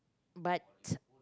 but